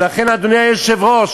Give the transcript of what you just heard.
ולכן, אדוני היושב-ראש,